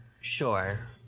Sure